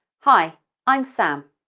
hi i'm sam.